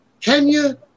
Kenya